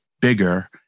bigger